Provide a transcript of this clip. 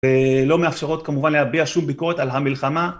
ולא מאפשרות כמובן להביע שום ביקורת על המלחמה.